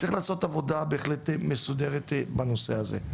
צריך לעשות עבודה בהחלט מסודרת בנושא הזה,